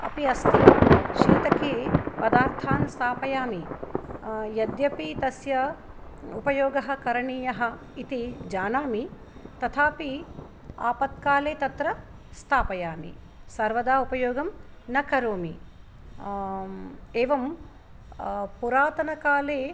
अपि अस्ति शीतके पदार्थान् स्थापयामि यद्यपि तस्य उपयोगः करणीयः इति जानामि तथापि आपत्काले तत्र स्थापयामि सर्वदा उपयोगं न करोमि एवं पुरातनकाले